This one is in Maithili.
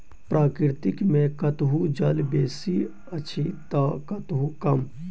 प्रकृति मे कतहु जल बेसी अछि त कतहु कम